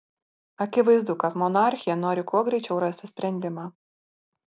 akivaizdu kad monarchė nori kuo greičiau rasti sprendimą